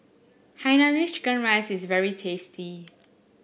Hainanese Chicken Rice is very tasty